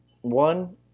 one